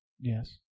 Yes